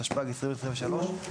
התשפ"ג-2023,